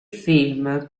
film